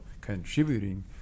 contributing